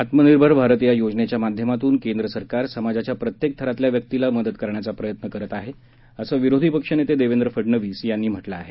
आत्मनिर्भर भारत या योजनेच्या माध्यमातून केंद्र सरकार समाजाच्या प्रत्येक थरातल्या व्यक्तीला मदत करण्याचा प्रयत्न करत आहे असं विरोधी पक्षनेते देवेंद्र फडनवीस यांनी म्हटलं आहे